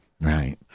right